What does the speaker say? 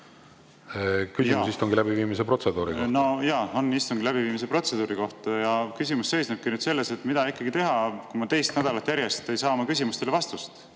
küsimus istungi läbiviimise protseduuri kohta. Jaa! On küsimus istungi läbiviimise protseduuri kohta ja see seisneb selles, et mida ikkagi teha, kui ma teist nädalat järjest ei saa oma küsimustele vastust